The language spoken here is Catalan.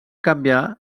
canviar